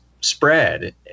spread